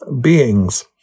beings